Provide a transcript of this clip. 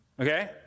Okay